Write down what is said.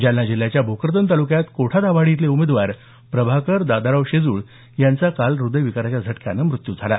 जालना जिल्ह्याच्या भोकरदन तालुक्यात कोठा दाभाडी इथले उमेदवार प्रभाकर दादाराव शेजूळ यांचा काल हृदयविकाराच्या झटक्यानं मृत्यू झाला